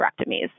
hysterectomies